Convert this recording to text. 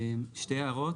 שתי הערות.